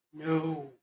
no